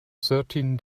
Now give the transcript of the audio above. thirteen